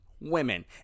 women